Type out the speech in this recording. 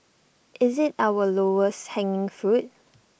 is IT our lowest hanging fruit